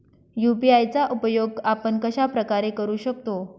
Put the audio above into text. UPI चा उपयोग आपण कशाप्रकारे करु शकतो?